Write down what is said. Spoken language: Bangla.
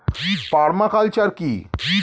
পার্মা কালচার কি?